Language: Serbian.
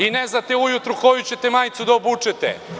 I ne znate ujutru koju ćete majicu da obučete.